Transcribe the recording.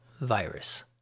virus